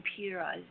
computerized